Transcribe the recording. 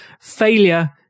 Failure